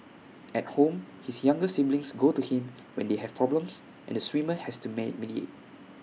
at home his younger siblings go to him when they have problems and the swimmer has to man mediate